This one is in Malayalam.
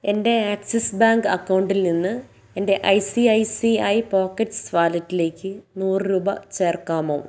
എൻ്റെ ആക്സിസ് ബാങ്ക് അക്കൗണ്ടിൽ നിന്ന് എൻ്റെ I C I C I Pockets വാലറ്റിലേക്ക് നൂറ് രൂപ ചേർക്കാമോ